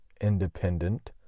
independent